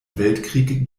weltkrieg